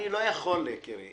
אני לא יכול, יקירי.